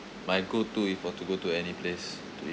my go to if we're to go to any place to eat